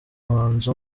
umuhanzi